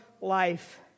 life